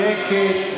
שקט.